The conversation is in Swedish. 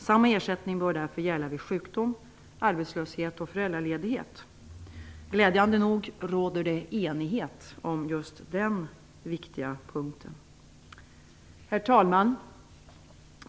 Samma ersättning bör därför gälla vid sjukdom, arbetslöshet och föräldraledighet. Glädjande nog råder det enighet om just den viktiga punkten. Herr talman!